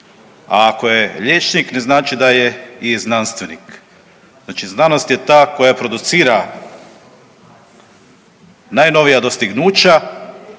a ako je liječnik ne znači da je i znanstvenik. Znači znanost je ta koja producira najnovija dostignuća